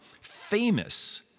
famous